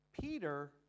Peter